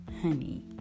honey